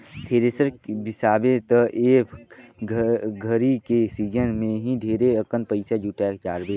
thresher बिसाबे त एक घरी के सिजन मे ही ढेरे अकन पइसा जुटाय डारबे